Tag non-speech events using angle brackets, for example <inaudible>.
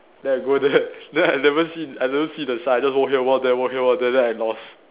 then I go there <laughs> then I never see I never see the sign just walk here walk there walk here walk there then I lost